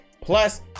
Plus